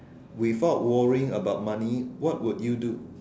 without worrying about money what would you do